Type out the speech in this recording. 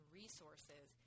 resources